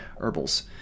herbals